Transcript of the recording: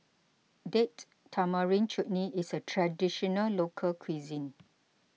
Date Tamarind Chutney is a Traditional Local Cuisine